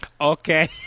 Okay